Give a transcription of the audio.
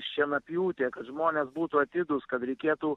šienapjūtė kad žmonės būtų atidūs kad reikėtų